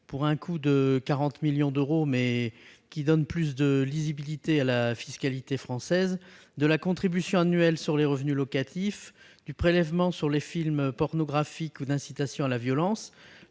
pour un coût de 40 millions d'euros, ce qui donnera néanmoins plus de lisibilité à la fiscalité française, la contribution annuelle sur les revenus locatifs, le prélèvement sur les films pornographiques ou d'incitation à la violence,